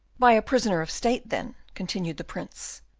by a prisoner of state, then, continued the prince,